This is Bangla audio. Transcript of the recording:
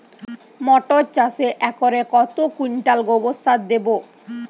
মটর চাষে একরে কত কুইন্টাল গোবরসার দেবো?